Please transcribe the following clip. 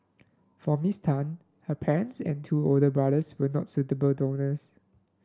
for Miss Tan her parents and two older brothers were not suitable donors